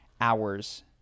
hours